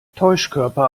täuschkörper